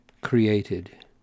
created